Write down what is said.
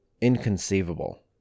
inconceivable